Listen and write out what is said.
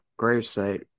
gravesite